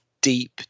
deep